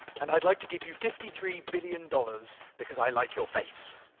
and i'd like to give you fifty three billion dollars because i like your face.